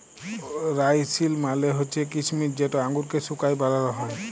রাইসিল মালে হছে কিছমিছ যেট আঙুরকে শুঁকায় বালাল হ্যয়